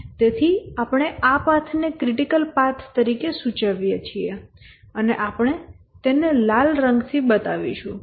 તેથી આપણે આ પાથને ક્રિટિકલ પાથ તરીકે સૂચવીએ છીએ આપણે તેને લાલ રંગ થી બતાવશું